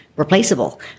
Replaceable